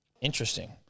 Interesting